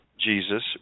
Jesus